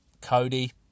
Cody